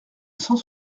cent